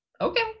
okay